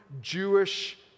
Jewish